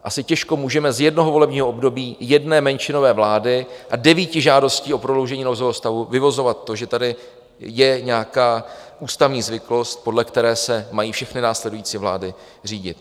Asi těžko můžeme z jednoho volebního období jedné menšinové vlády a devíti žádostí o prodloužení nouzového stavu vyvozovat to, že tady je nějaká ústavní zvyklost, podle které se mají všechny následující vlády řídit.